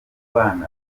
bana